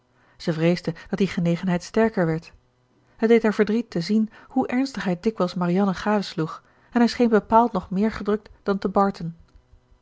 zij vreesde dat die genegenheid sterker werd het deed haar verdriet te zien hoe ernstig hij dikwijls marianne gadesloeg en hij scheen bepaald nog meer gedrukt dan te barton